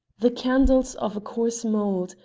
the candles of coarse mould,